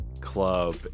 club